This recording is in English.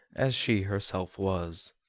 as she herself was.